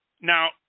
Now